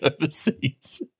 overseas